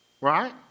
right